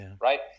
right